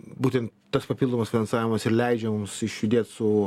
būtent tas papildomas finansavimas ir leidžia mums išjudėt su